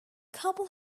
couple